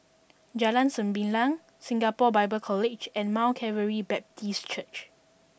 Jalan Sembilang Singapore Bible College and Mount Calvary Baptist Church